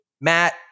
Matt